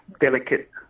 delicate